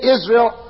Israel